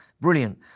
brilliant